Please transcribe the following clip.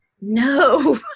no